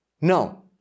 No